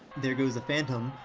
there goes the phantom.